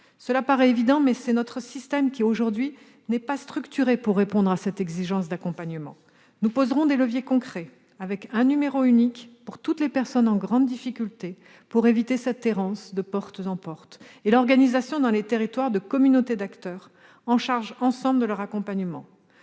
Cela paraît évident, mais, en fait, notre système n'est aujourd'hui pas structuré pour répondre à cette exigence d'accompagnement. Nous poserons des leviers concrets, avec un numéro unique pour toutes les personnes en grande difficulté afin de lutter contre ce risque d'errance et la mise en place, dans les territoires, de communautés d'acteurs en charge, ensemble, de les accompagner.